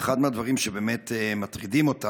ואחד מהדברים שבאמת מטרידים אותם,